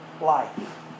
life